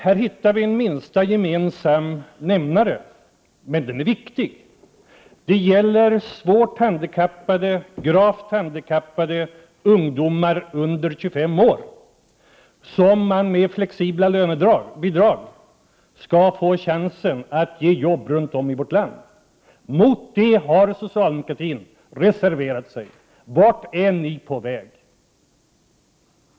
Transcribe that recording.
Nu hittar vi en minsta gemensamma nämnare, men den är viktig. Det gäller gravt handikappade ungdomar under 25 år runt om i vårt land som genom flexibla lönebidrag skall få chansen att få ett jobb. Mot detta har socialdemokratin reserverat sig! Vart är ni på väg?